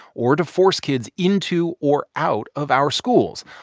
or to force kids into or out of our schools,